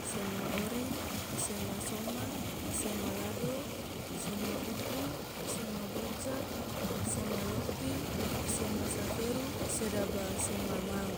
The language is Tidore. sema ori, sema soma, sema lado, sema utu, sema boca, sema loki, sema saferu, se daba sema ngang.